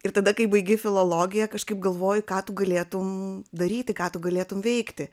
ir tada kai baigi filologiją kažkaip galvoji ką tu galėtum daryti ką tu galėtum veikti